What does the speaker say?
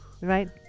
Right